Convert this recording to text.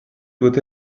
doit